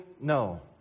No